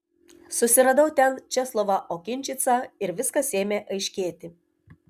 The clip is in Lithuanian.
susiradau ten česlovą okinčicą ir viskas ėmė aiškėti